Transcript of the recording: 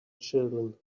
children